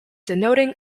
denoting